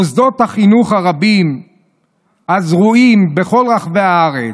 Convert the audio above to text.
מוסדות החינוך הרבים הזרועים בכל רחבי הארץ,